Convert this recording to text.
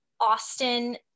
Austin